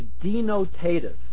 denotative